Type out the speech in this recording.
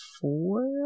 four